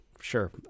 sure